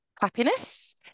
happiness